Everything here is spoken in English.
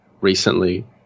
recently